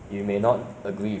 咖哩饭 nah